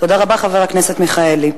תודה רבה, חבר הכנסת מיכאלי.